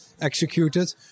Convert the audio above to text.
executed